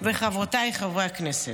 חבריי וחברותיי חברי הכנסת,